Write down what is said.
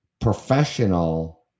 Professional